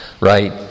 Right